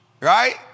Right